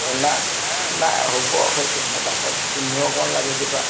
অঁ নাই নাই হ'ব সেইটো পটাপট তুমিও অকণমান লাগি দিবা